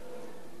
אינו נוכח